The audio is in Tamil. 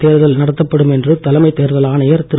தேர்தல் நடத்தப்படும் என்று தலைமை தேர்தல் ஆணையர் திரு